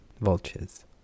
vultures